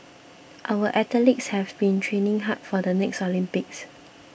our athletes have been training hard for the next Olympics